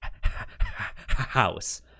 house